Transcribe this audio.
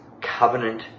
covenant